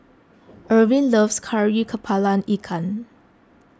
Irvin loves Kari Kepala Ikan